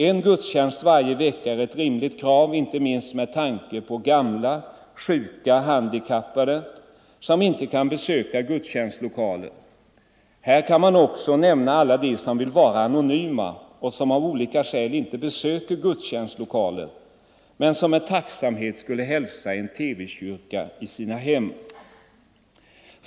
En gudstjänst varje vecka är ett rimligt krav, inte minst med tanke på gamla, sjuka och handikappade som inte kan besöka gudstjänstlokaler. Här kan också nämnas alla de som vill vara anonyma och som av olika skäl inte besöker gudstjänstlokaler men som med tacksamhet skulle hälsa en TV-kyrka i sina hem.